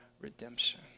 redemption